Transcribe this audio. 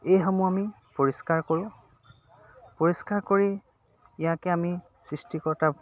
এইসমূহ আমি পৰিষ্কাৰ কৰোঁ পৰিষ্কাৰ কৰি ইয়াকে আমি সৃষ্টিকৰ্তা